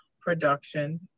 production